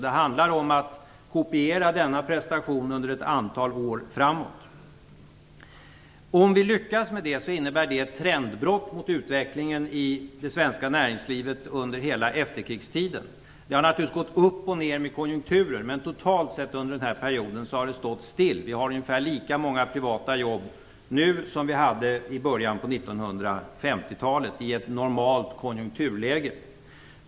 Det gäller nu att kopiera denna prestation under ett antal år framåt. Om vi lyckas med det, innebär det ett trendbrott mot utvecklingen i det svenska näringslivet under hela efterkrigstiden. Det har naturligtvis gått upp och ner med konjunkturen, men totalt sett har det under den här perioden stått still - vi har ungefär lika många privata jobb nu som vi hade i början av 1950-talet i ett normalt konjunkturläge.